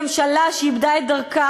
ממשלה שאיבדה את דרכה,